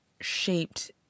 shaped